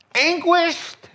anguished